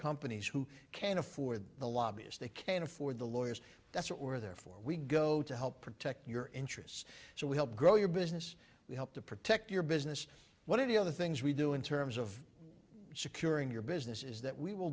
companies who can afford the lobbyist they can afford the lawyers that's what we're there for we go to help protect your interests so we help grow your business we help to protect your business what any of the things we do in terms of securing your business is that we will